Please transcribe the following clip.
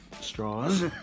straws